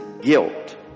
guilt